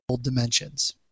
dimensions